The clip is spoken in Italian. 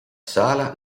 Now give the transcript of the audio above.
sala